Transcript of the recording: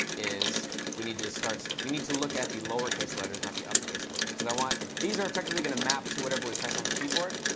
is we need to start we need to look at the lowercase letters, not the uppercase letters, because i want these are effectively going to map to whatever we press on the keyboard.